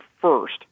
first